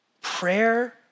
Prayer